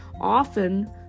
Often